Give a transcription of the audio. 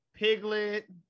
Piglet